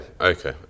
okay